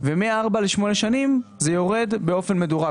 מארבע לשמונה שנים זה יורד באופן מדורג.